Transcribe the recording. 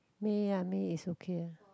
May ah May is okay